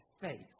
faith